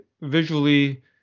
visually